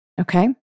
okay